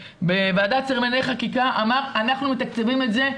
בוועדת שרים לענייני חקיקה אמר 'אנחנו מתקצבים את זה,